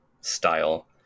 style